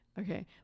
Okay